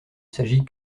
s’agit